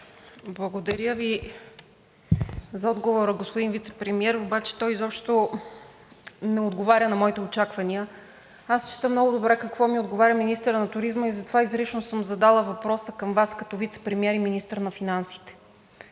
Благодаря Ви за отговора, господин Вицепремиер, обаче той изобщо не отговаря на моите очаквания. Аз чета много добре какво ми отговаря министърът на туризма – затова изрично съм задала въпроса към Вас като вицепремиер и министър на финансите.